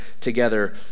together